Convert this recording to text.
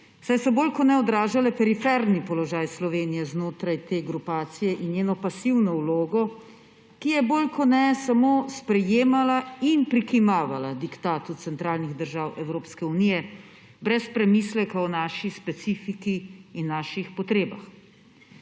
saj so bolj kot ne odražale periferni položaj Slovenije znotraj te grupacije in njeno pasivno vlogo, ki je bolj kot ne sprejemala in prikimavala diktatu centralnih držav Evropske unije brez premislekov o naši specifiki in naših potrebah.